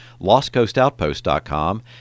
lostcoastoutpost.com